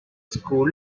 school